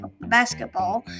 basketball